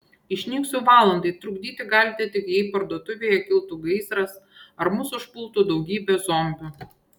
išnyksiu valandai trukdyti galite tik jei parduotuvėje kiltų gaisras ar mus užpultų daugybė zombių